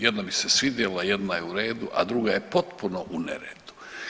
Jedno mi se svidjelo, jedno je u redu, a drugo je potpuno u neredu.